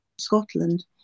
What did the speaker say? scotland